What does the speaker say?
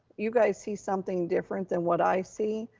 you guys see something different than what i see,